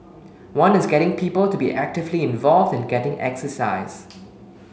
one is getting people to be actively involved and getting exercise